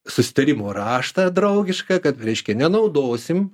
susitarimo raštą draugiškai kad reiškia nenaudosim